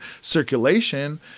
circulation